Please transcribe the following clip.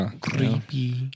Creepy